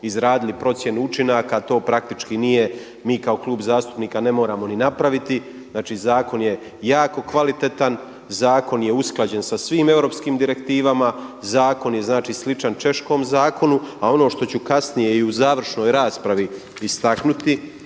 izradili procjenu učinaka, to praktički nije, mi kao Klub zastupnika ne moramo ni napraviti, znači zakon je jako kvalitetan, zakon je usklađen sa svim europskim direktivama, zakon je znači sličan češkom zakonu a ono što ću kasnije i u završnoj raspravi istaknuti,